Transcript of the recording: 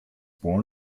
born